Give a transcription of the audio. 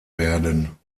werden